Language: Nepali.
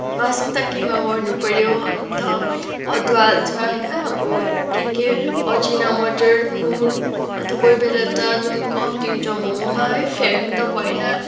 मासु पनि त किमा गर्नुपऱ्यो अन्त अदुवा हाल्छ होइन अब के के अजिनामोटो नुन अन्त कोही बेला त नुन कम्ती हुन्छ मोमोमा है फ्याँक्नु त भएन